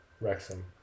Wrexham